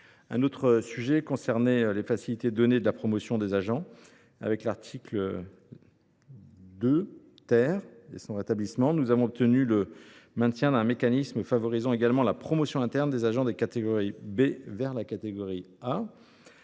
Un autre sujet concernait les facilités données de la promotion des agents. Avec le rétablissement de l’article 2 , nous avons obtenu le maintien d’un mécanisme favorisant également la promotion interne des agents des catégories B vers la catégorie A,